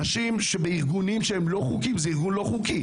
נשים בארגונים לא חוקיים, זה ארגון לא חוקי.